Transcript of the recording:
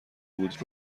بود